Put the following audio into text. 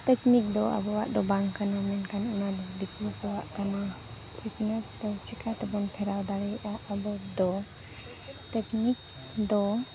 ᱫᱚ ᱟᱵᱚᱣᱟᱜ ᱫᱚ ᱵᱟᱝ ᱠᱟᱱᱟ ᱢᱮᱱᱠᱷᱟᱱ ᱚᱱᱟ ᱫᱚ ᱫᱤᱠᱩ ᱠᱚᱣᱟᱜ ᱠᱟᱱᱟ ᱫᱚ ᱪᱮᱠᱟ ᱛᱮᱵᱚᱱ ᱯᱷᱮᱨᱟᱣ ᱫᱟᱲᱮᱭᱟᱜᱼᱟ ᱟᱵᱚ ᱫᱚ ᱫᱚ